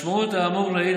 משמעות האמור לעיל,